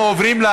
אנחנו עוברים,